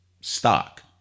stock